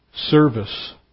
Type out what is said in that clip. Service